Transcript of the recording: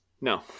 No